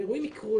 אירועים יקרו,